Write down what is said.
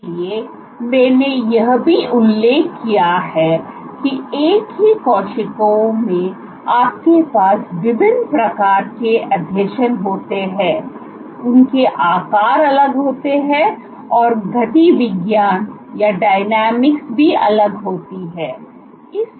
इसलिए मैंने यह भी उल्लेख किया है कि एक ही कोशिका में आपके पास विभिन्न प्रकार के आसंजन होते हैं उनके आकार अलग होते हैं और गति विज्ञानभी अलग होती है